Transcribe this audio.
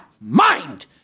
mind